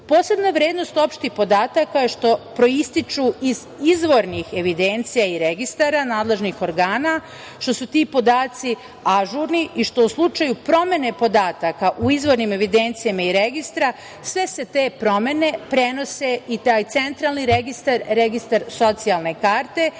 Posebna vrednost opštih podataka je što proističu iz izvornih evidencija i registara nadležnih organa, što su ti podaci ažurni i što u slučaju promene podataka u izvornim evidencijama i registra sve se te promene prenose i taj centralni registar – registar socijalne karte i